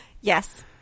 yes